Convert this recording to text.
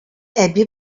әби